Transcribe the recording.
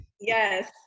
Yes